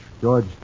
George